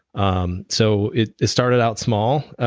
um so it it started out small,